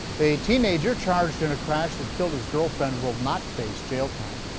a teenager charged in a crash that killed his girlfriend will not face jail time.